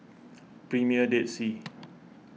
Premier Dead Sea